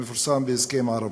המפורסם בהסכם "ערבה".